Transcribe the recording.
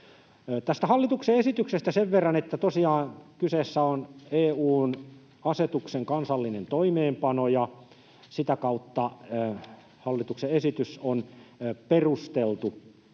hallituksen esityksestä sen verran, että tosiaan kyseessä on EU:n asetuksen kansallinen toimeenpano, ja sitä kautta hallituksen esitys on perusteltu.